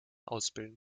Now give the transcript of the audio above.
ausbilden